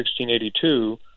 1682